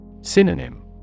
Synonym